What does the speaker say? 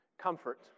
comfort